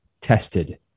tested